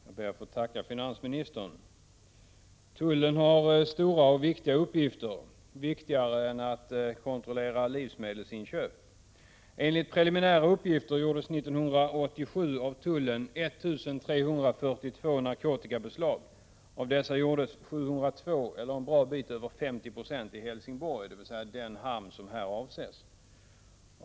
Herr talman! Jag ber att få tacka finansministern för svaret. Tullen har stora och viktiga uppgifter — viktigare än att kontrollera livsmedelsinköp. Enligt preliminära uppgifter gjordes 1987 av tullen 1 342 narkotikabeslag. Av dessa gjordes 702 eller en bra bit över 50 90 i Helsingborg, dvs. den hamn som här avses.